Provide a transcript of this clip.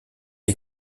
est